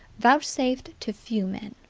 vouchsafed to few men.